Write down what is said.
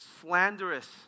slanderous